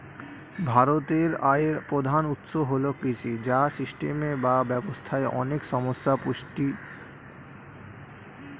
ভারতের আয়ের প্রধান উৎস হল কৃষি, যা সিস্টেমে বা ব্যবস্থায় অনেক সমস্যা সৃষ্টি করতে পারে